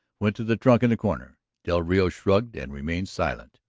went to the trunk in the corner. del rio shrugged and remained silent.